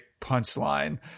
punchline